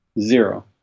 zero